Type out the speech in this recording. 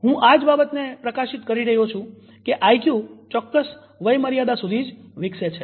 હું આ જ બાબતને પ્રકાશિત કરી રહ્યો છું કે આઈક્યુ ચોક્કસ વયમર્યાદા સુધી જ વિકસે છે